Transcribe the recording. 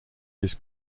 his